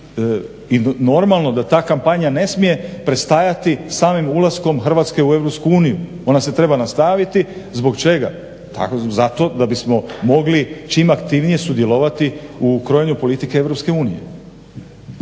i normalno da ta kampanja ne smije prestajati samim ulaskom Hrvatske u EU. Ona se treba nastaviti. Zbog čega? Zato da bismo mogli čim aktivnije sudjelovati u krojenju politike EU.